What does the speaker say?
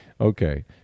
okay